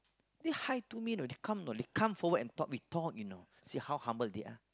say hi to me you know they come you know they come forward and talk we talk you know see how humble they are